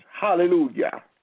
Hallelujah